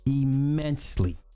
immensely